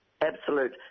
absolute